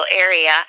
area